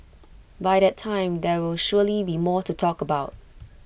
by that time there will surely be more to talk about